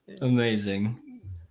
Amazing